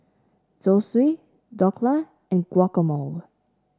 Zosui Dhokla and Guacamole